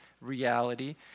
reality